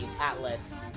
Atlas